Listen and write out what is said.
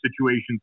situations